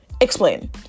Explain